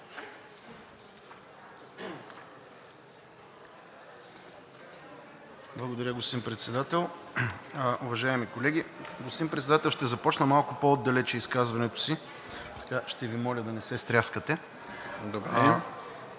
Благодаря Ви, господин Председател. Уважаеми колеги! Господин Председател, ще започна малко по-отдалече изказването си. Ще Ви моля да не се стряскате.